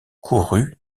courut